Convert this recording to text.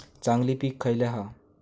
चांगली पीक खयला हा?